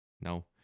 No